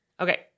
Okay